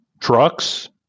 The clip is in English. trucks